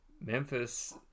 Memphis